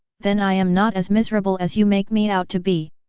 then i am not as miserable as you make me out to be?